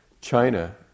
China